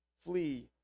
flee